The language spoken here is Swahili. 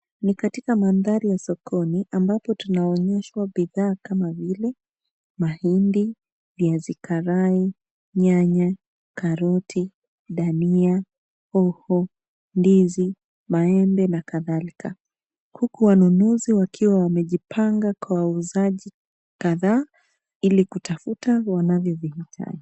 Ni katika mandhari ya sokoni ambapo tunaonyeshwa bidhaa kama vile mahindi, viazi karai, nyanya, karoti, dania, hoho, ndizi, maembe na kadhalika, huku wanunuzi wakiwa wamejipanga kwa wauzaji kadhaa ili kutafuta wanavyovihitaji.